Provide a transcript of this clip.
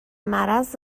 مرض